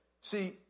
See